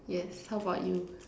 yes how about you